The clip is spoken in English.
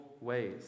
ways